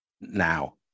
now